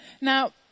Now